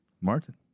Martin